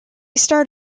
start